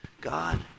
God